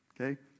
okay